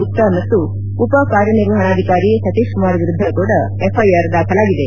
ಗುಪ್ತಾ ಮತ್ತು ಉಪ ಕಾರ್ಯನಿರ್ವಹಣಾಧಿಕಾರಿ ಸತೀಶ್ ಕುಮಾರ್ ವಿರುದ್ದ ಕೂಡಾ ಎಫ್ಐಆರ್ ದಾಖಲಾಗಿದೆ